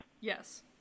Yes